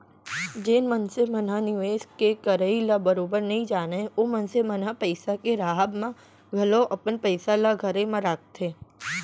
जेन मनसे मन ह निवेस के करई ल बरोबर नइ जानय ओ मनसे मन ह पइसा के राहब म घलौ अपन पइसा ल घरे म राखथे